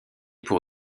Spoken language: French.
pour